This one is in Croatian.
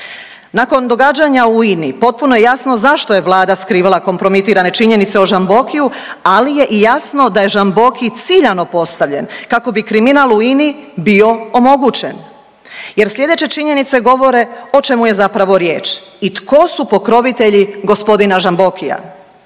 Nakon događanja u INA-i potpuno je jasno zašto je vlada skrivala kompromitirane činjenice o Žambokiju, ali je i jasno da je Žamboki ciljano postavljen kako bi kriminal u INA-i bio omogućen jer slijedeće činjenice govore o čemu je zapravo riječ i tko su pokrovitelji g. Žambokija.